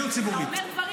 מדיניות ציבורית.